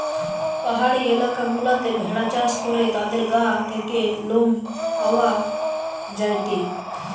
পাহাড়ি এলাকা গুলাতে ভেড়া চাষ করে তাদের গা থেকে লোম পাওয়া যায়টে